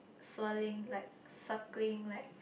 swirling like circling like